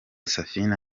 saphine